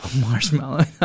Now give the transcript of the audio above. Marshmallow